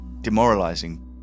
demoralizing